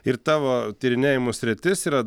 ir tavo tyrinėjimų sritis yra